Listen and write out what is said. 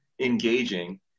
engaging